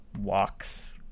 walks